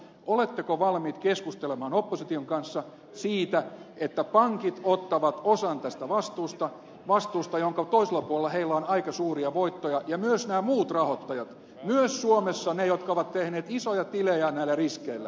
oletteko valmiit keskustelemaan opposition kanssa siitä että pankit ottavat osan tästä vastuusta vastuusta jonka toisella puolella heillä on aika suuria voittoja ja myös nämä muut rahoittajat myös suomessa ne jotka ovat tehneet isoja tilejä näillä riskeillä